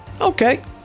Okay